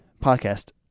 podcast